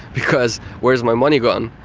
because where's my money gone?